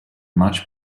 much